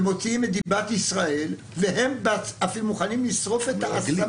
ומוציאים את דיבת ישראל והם אפילו מוכנים לשרוף את ה-...